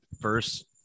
first